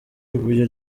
ibuye